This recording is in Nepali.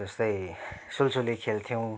जस्तै सुलसुले खेल्थ्यौँ